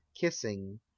kissing